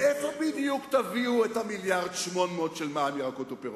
מאיפה בדיוק תביאו את 1.8 המיליארד של מע"מ על ירקות ופירות?